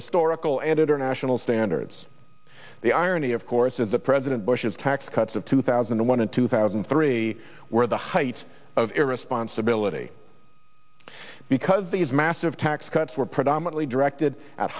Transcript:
historical editor national standards the irony of course is the president bush's tax cuts of two thousand and one and two thousand and three were the height of irresponsibility because these massive tax cuts were predominantly directed at